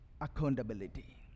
accountability